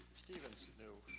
stevens knew